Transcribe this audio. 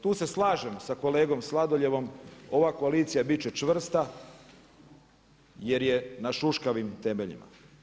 Tu se slažem sa kolegom Sladoljevom, ova koalicija bit će čvrsta jer je na šuškavim temeljima.